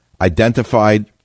identified